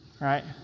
right